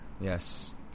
Yes